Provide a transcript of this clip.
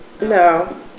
No